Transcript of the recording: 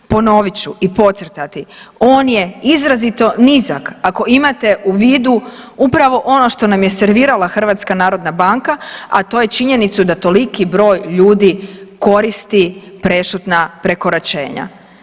Ponovit ću i podcrtati on je izrazito nizak ako imate u vidu upravo ono što nam je servirala HNB, a to je činjenicu da toliki broj ljudi koristi prešutna prekoračenja.